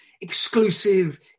exclusive